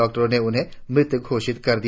doctor ने उन्हें मृत घोषित कर दिया